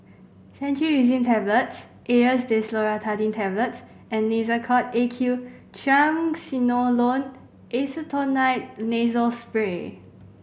Cetirizine Tablets Aerius Desloratadine Tablets and Nasacort A Q Triamcinolone Acetonide Nasal Spray